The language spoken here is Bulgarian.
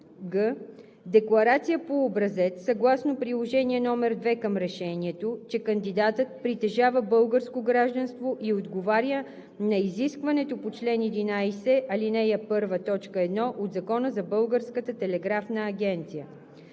г) декларация по образец съгласно приложение № 2 към решението, че кандидатът притежава българско гражданство и отговаря на изискването по чл. 11, ал. 1, т. 1 от Закона за Българската телеграфна агенция;